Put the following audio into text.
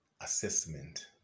assessment